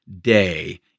day